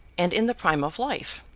and in the prime of life,